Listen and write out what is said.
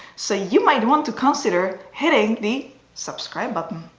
so you might want to consider hitting the subscribe button.